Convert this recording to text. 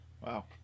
Wow